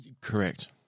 Correct